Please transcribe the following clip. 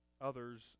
others